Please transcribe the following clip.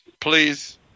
please